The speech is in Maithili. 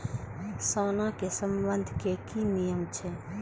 सोना के बंधन के कि नियम छै?